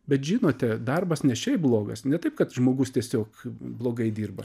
bet žinote darbas ne šiaip blogas ne taip kad žmogus tiesiog blogai dirba